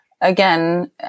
again